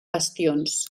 bastions